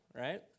right